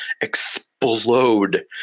explode